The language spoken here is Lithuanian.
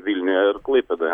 vilniuje ir klaipėdoje